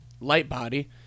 Lightbody